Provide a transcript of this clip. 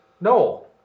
no